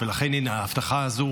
העסקה חשובה לכם,